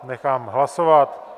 Nechám hlasovat.